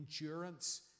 endurance